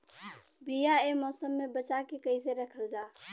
बीया ए मौसम में बचा के कइसे रखल जा?